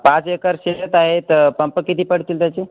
पाच एकर शेत आहे तर पंप किती पडतील त्याचे